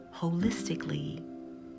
holistically